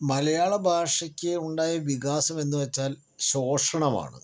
മലയാള ഭാഷയ്ക്ക് ഉണ്ടായ വികാസം എന്ന് വെച്ചാൽ ശോഷണമാണ്